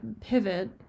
pivot